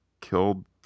killed